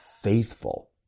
faithful